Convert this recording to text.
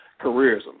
careerism